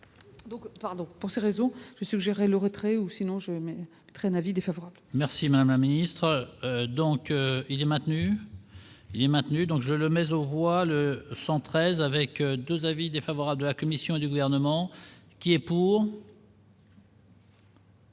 Donc, pardon pour ces raisons suggérer le retrait ou sinon je traîne avis défavorable. Merci madame la ministre, donc il est maintenu, j'ai maintenu donc je le mais on voit le 113 avec 2 avis défavorables de la Commission du gouvernement qui est pour.